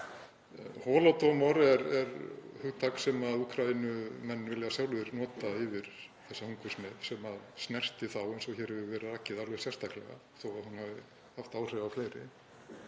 Holodomor er hugtak sem Úkraínumenn vilja sjálfir nota yfir þessa hungursneyð sem snertir þá, eins og hér hefur verið rakið, alveg sérstaklega þó að hún hafi haft áhrif á fleiri.